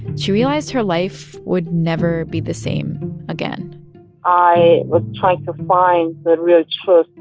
she realized her life would never be the same again i was trying to find the real truth.